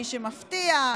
מי שמפתיע,